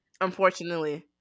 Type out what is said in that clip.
Unfortunately